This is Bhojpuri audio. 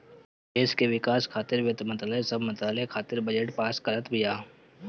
देस के विकास खातिर वित्त मंत्रालय सब मंत्रालय खातिर बजट पास करत बिया